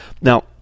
Now